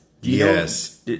Yes